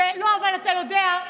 מירב,